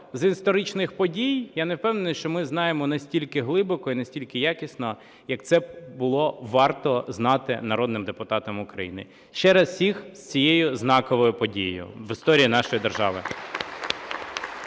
з історичних подій, я не впевнений, що ми знаємо настільки глибоко і настільки якісно, як це було б варто знати народним депутатам України. Ще раз всіх з цією знаковою подією в історії нашої держави!